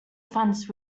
funds